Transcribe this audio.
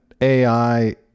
AI